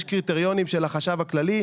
יש קריטריונים של החשב הכללי.